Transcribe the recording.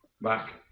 back